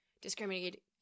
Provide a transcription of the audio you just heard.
discriminate